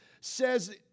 says